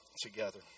together